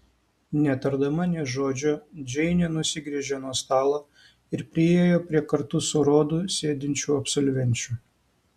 netardama nė žodžio džeinė nusigręžė nuo stalo ir priėjo prie kartu su rodu sėdinčių absolvenčių